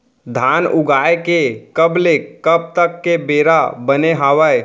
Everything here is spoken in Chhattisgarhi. धान उगाए के कब ले कब तक के बेरा बने हावय?